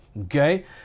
okay